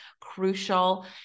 crucial